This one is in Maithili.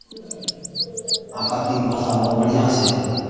आ कतेकके भाषा बहुत बढ़िआँ छै